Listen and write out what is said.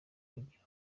kugira